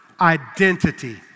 identity